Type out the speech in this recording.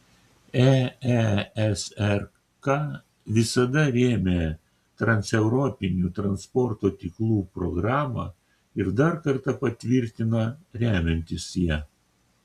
eesrk visada rėmė transeuropinių transporto tinklų programą ir dar kartą patvirtina remiantis ją